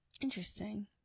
Interesting